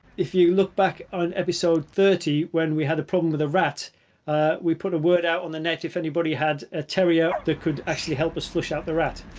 if you look back on episode thirty when we had a problem with a rat we put a word out on the net if anybody had a terrier that could actually help us flush out the rat.